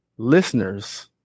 listeners